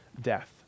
death